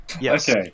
Yes